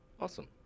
Awesome